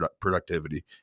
productivity